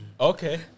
Okay